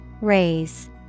Raise